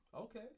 Okay